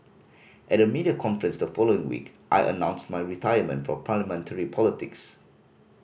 at a media conference the following week I announced my retirement from Parliamentary politics